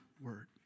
word